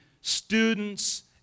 students